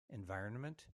environment